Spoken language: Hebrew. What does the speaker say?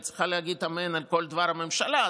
צריכה להגיד אמן על כל דבר הממשלה.